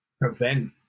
prevent